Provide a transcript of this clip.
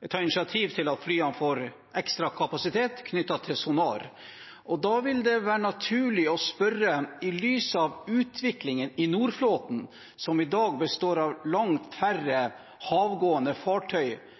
vil ta initiativ til at flyene får ekstra kapasitet knyttet til sonar, og da vil det være naturlig å spørre: I lys av utviklingen i Nordflåten – som i dag består av langt færre havgående fartøy